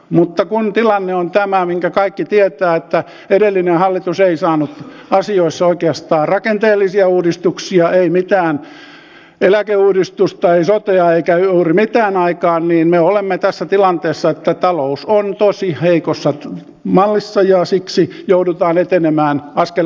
mutta kun tilanne on tämä minkä kaikki tietävät että edellinen hallitus ei saanut asioissa oikeastaan rakenteellisia uudistuksia ei mitään eläkeuudistusta ei sotea eikä juuri mitään aikaan niin me olemme tässä tilanteessa että talous on tosi heikossa mallissa ja siksi joudutaan etenemään askel askeleelta